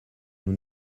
nous